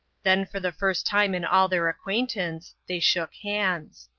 then, for the first time in all their acquaintance, they shook hands.